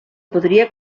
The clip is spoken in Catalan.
podria